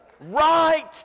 right